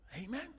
Amen